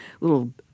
little